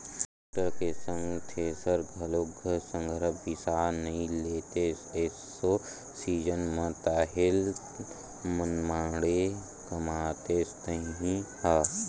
tractor के संग thresher घलोक संघरा बिसा नइ लेतेस एसो सीजन म ताहले मनमाड़े कमातेस तही ह